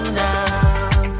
now